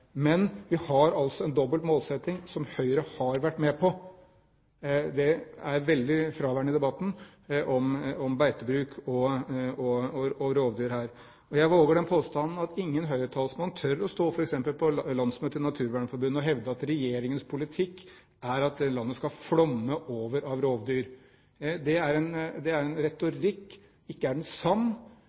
Men vi har en dobbelt målsetting som Høyre har vært med på. Den er veldig fraværende i debatten om beitebruk og rovdyr. Jeg våger den påstanden at ingen Høyre-talsmann tør å stå f.eks. på landsmøtet i Naturvernforbundet og hevde at regjeringens politikk er at landet skal flomme over av rovdyr. Det er en retorikk, ikke er den sann,